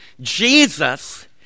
Jesus